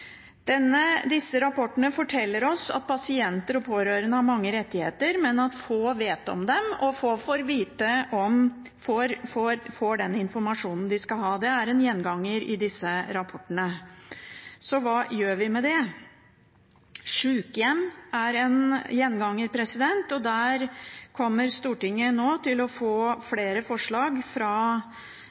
Disse rapportene forteller oss at pasient og pårørende har mange rettigheter, men at få vet om dem, og få får den informasjonen de skal ha. Det er en gjenganger i disse rapportene. Så hva gjør vi med det? Sykehjem er en gjenganger, og Stortinget kommer nå til å få flere forslag fra